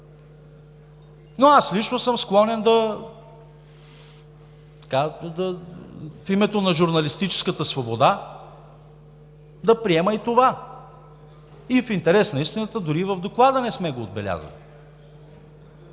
Но аз лично съм склонен в името на журналистическата свобода да приема и това. И в интерес на истината дори в Доклада не сме го отбелязали.